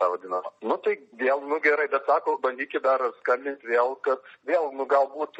tą vadinamą nu tai vėl nu gerai bet sako bandykit dar skambint vėl kad vėl galbūt